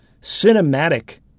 cinematic